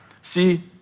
See